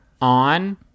on